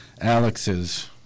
Alex's